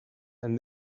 and